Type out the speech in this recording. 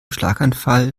schlaganfall